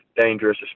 dangerous